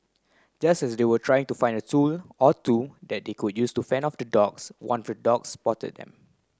just as they were trying to find a tool or two that they could use to fend off the dogs one of the dogs spotted them